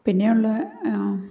പിന്നെയുള്ള